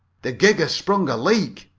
the gig has sprung a leak!